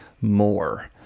more